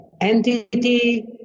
entity